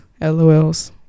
lols